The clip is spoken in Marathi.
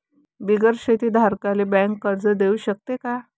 बिगर शेती धारकाले बँक कर्ज देऊ शकते का?